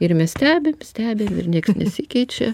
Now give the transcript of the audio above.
ir mes stebim stebim ir nieks nesikeičia